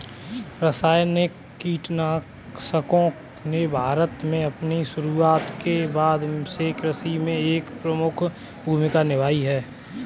रासायनिक कीटनाशकों ने भारत में अपनी शुरूआत के बाद से कृषि में एक प्रमुख भूमिका निभाई है